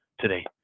Today